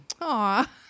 Aw